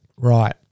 Right